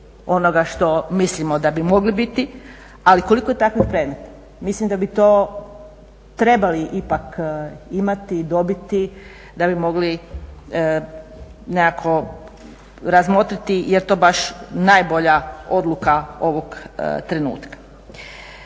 onoga što mislimo da bi mogli biti, ali koliko je takvih predmeta. Mislim da bi to trebali ipak imati, dobiti da bi mogli nekako razmotriti jel to baš najbolja odluka ovog trenutka.